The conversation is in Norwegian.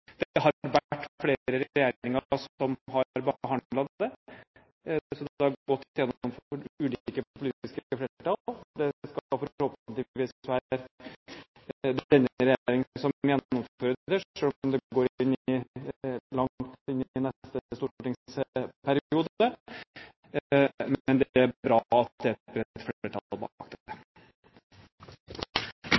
dette. Det er jeg glad for, for det gir tyngde til prosjektet. Dette tar tid. Det har vært flere regjeringer som har behandlet det, så det har gått gjennom ulike politiske flertall. Det blir forhåpentligvis denne regjeringen som vil gjennomføre det, selv om det går langt inn i neste stortingsperiode. Men det er bra at det er et